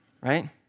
right